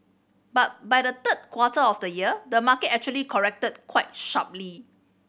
but by the third quarter of the year the market actually corrected quite sharply